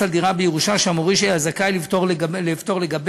על דירה בירושה שהמוריש היה זכאי לפטור לגביה.